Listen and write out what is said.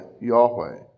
Yahweh